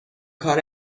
کار